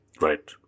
Right